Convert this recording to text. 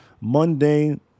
mundane